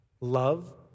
Love